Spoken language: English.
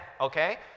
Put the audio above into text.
okay